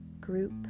group